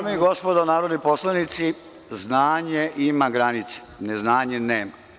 Dame i gospodo narodni poslanici, znanje ima granice, neznanje nema.